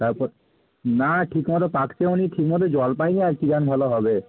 তারপর না ঠিক মতো পাকছেও না ঠিক মতো জল পায়নি আর কী ধান ভালো হবে